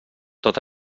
tot